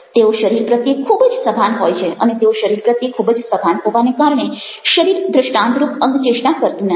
તેઓ શરીર પ્રત્યે ખૂબ જ સભાન હોય છે અને તેઓ શરીર પ્રત્યે ખૂબ જ સભાન હોવાને કારણે શરીર દ્રષ્ટાન્તરૂપ અંગચેષ્ટા કરતું નથી